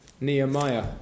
Nehemiah